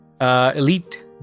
Elite